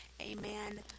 Amen